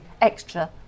extra